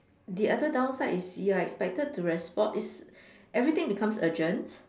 the other downside is you're expected to respo~ is everything becomes urgent